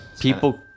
people